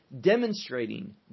demonstrating